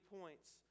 points